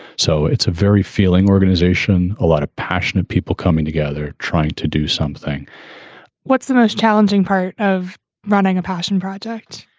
so it's a very feeling organization. a lot of passionate people coming together trying to do something what's the most challenging part of running a passion project?